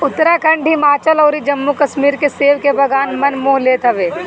उत्तराखंड, हिमाचल अउरी जम्मू कश्मीर के सेब के बगान मन मोह लेत हवे